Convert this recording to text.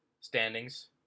standings